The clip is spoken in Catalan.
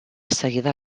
seguida